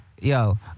yo